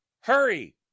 hurry